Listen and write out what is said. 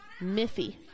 Miffy